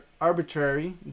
arbitrary